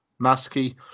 Maskey